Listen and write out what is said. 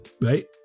Right